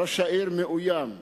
ראש העיר מאוים,